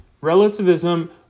Relativism